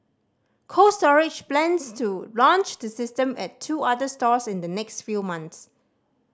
Cold Storage plans to launch the system at two other stores in the next few months